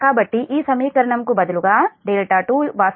కాబట్టి ఈ సమీకరణం కు బదులుగా 2 వాస్తవానికి m π మీ 1